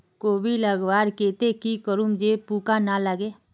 कोबी लगवार केते की करूम जे पूका ना लागे?